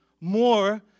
More